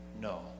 no